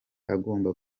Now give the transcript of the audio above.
agomba